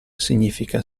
significa